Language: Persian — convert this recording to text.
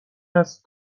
است